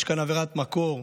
יש כאן עבירת מקור,